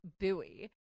buoy